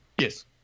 Yes